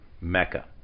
Mecca